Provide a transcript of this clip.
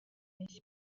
yahise